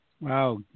Wow